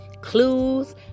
clues